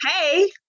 hey